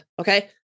okay